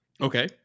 Okay